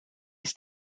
ist